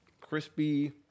crispy